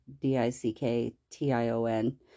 D-I-C-K-T-I-O-N